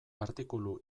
artikulu